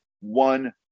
one